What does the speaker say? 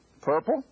purple